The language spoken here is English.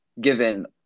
given